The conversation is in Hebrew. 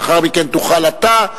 לאחר מכן תוכלו אתה,